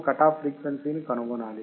మనము cut off frequency ని కనుగొనాలి